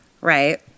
Right